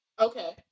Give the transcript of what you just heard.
Okay